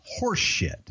horseshit